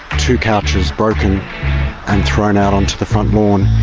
two couches broken and thrown out onto the front lawn,